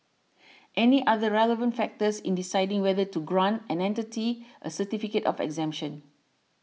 any other relevant factors in deciding whether to grant an entity a certificate of exemption